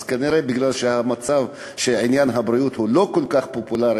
אז כנראה שבגלל שעניין הבריאות לא כל כך פופולרי,